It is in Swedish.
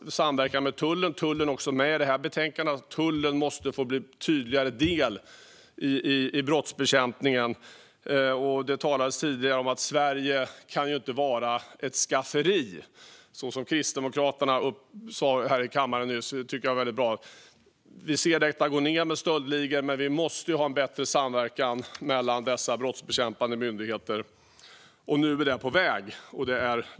Även samverkan med tullen finns med i detta betänkande. Tullen måste få bli en tydligare del av brottsbekämpningen. Det talades tidigare om att Sverige inte kan vara ett skafferi - Kristdemokraterna sa det här i kammaren, och jag tycker att det var väldigt bra. Vi ser att problemen med stöldligor minskar, men vi måste ha bättre samverkan mellan de brottsbekämpande myndigheterna. Nu är detta på väg.